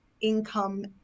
income